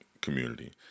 community